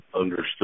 understood